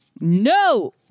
No